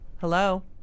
Hello